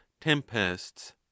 tempests